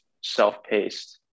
self-paced